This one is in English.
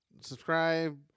Subscribe